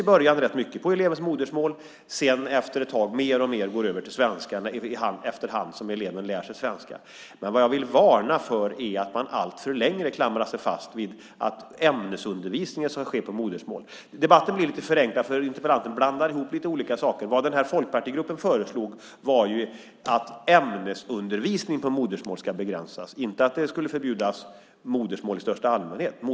I början är den mycket på elevens modersmål, men sedan går man mer och mer över till svenska allt eftersom eleven lär sig svenska. Men jag vill varna för att man alltför länge klamrar sig fast vid att ämnesundervisningen ska ske på modersmål. Debatten blir lite förenklad, för interpellanten blandar ihop lite olika saker. Vad folkpartigruppen föreslog var ju att ämnesundervisning på modersmål skulle begränsas - inte att modersmål i största allmänhet skulle förbjudas.